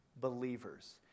believers